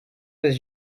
was